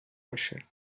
russia